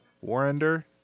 Warrender